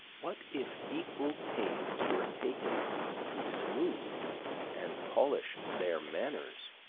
what if equal pains were taken to smooth and polish their manners?